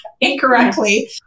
incorrectly